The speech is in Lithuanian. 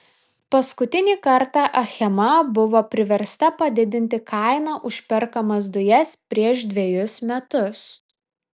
paskutinį kartą achema buvo priversta padidinti kainą už perkamas dujas prieš dvejus metus